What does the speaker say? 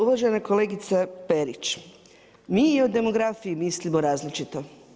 Uvažena kolegice Perić, mi o demografiji mislimo različito.